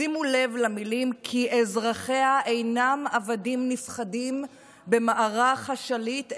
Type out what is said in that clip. שימו לב למילים "כי אזרחיה אינם עבדים נפחדים במערך השליט,